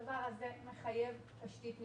הדבר הזה מחייב תשתית מתקדמת.